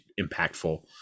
impactful